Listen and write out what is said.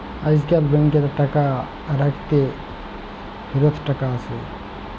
আইজকাল ব্যাংকেতে টাকা রাইখ্যে ফিরত টাকা আসে